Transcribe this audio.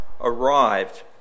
arrived